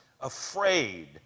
afraid